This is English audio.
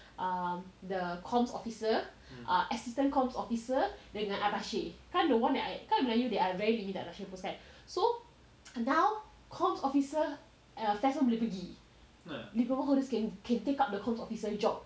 err the comms officer err assistant comms officer dengan abassir kan the one that I kan melayu they are very so now comms officer boleh pergi can take up the comms officer job